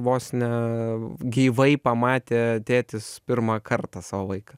vos ne gyvai pamatė tėtis pirmą kartą savo vaiką